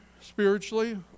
spiritually